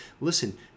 Listen